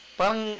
pang